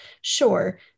Sure